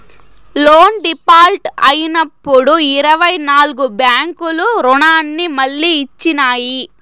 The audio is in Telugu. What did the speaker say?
లోన్ డీపాల్ట్ అయినప్పుడు ఇరవై నాల్గు బ్యాంకులు రుణాన్ని మళ్లీ ఇచ్చినాయి